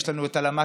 יש לנו את הלמ"ס,